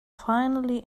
finally